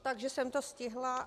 Takže jsem to stihla.